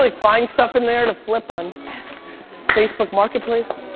like find stuff and there to flip on facebook marketplace.